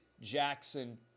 Jackson